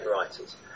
writers